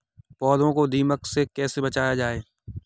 पौधों को दीमक से कैसे बचाया जाय?